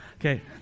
Okay